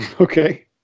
okay